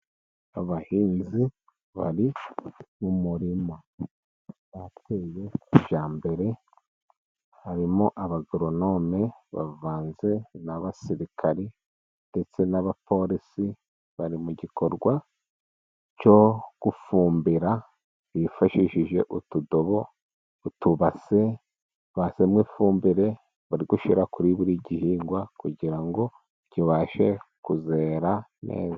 Abahinzi bari mu murima. Bateye ibya mbere, harimo abagoronome bavanze n'abasirikari, ndetse n'abapolisi, bari mu gikorwa cyo gufumbira bifashishije utudobo, utubase, bashyizemo ifumbire, bari gushyira kuri buri gihingwa, kugira ngo kibashe kuzerera neza.